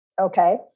okay